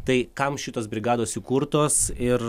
tai kam šitos brigados įkurtos ir